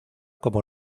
como